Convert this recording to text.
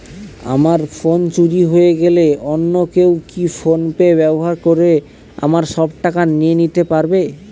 আমার ফোন চুরি হয়ে গেলে অন্য কেউ কি ফোন পে ব্যবহার করে আমার সব টাকা নিয়ে নিতে পারবে?